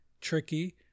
Tricky